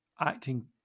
acting